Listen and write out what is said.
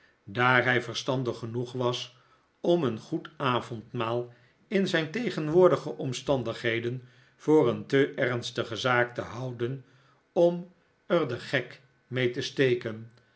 daar hij verstandig genoeg was om een goed avondmaal in zijn tegenwoordige omstandigheden voor een te ernstige zaak te houden om er den gek nikolaas nickleby ito ee te steken